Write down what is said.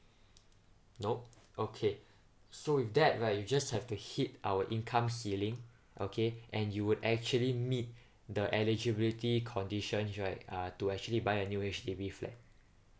no okay so with that right you just have to hit our income ceiling okay and you would actually meet the eligibility condition right uh to actually buy a new H_D_B flat